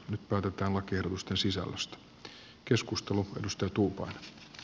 nyt päätetään lakiehdotusten sisällöstä